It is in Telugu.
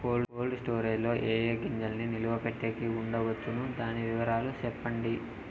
కోల్డ్ స్టోరేజ్ లో ఏ ఏ గింజల్ని నిలువ పెట్టేకి ఉంచవచ్చును? దాని వివరాలు సెప్పండి?